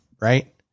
Right